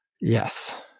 yes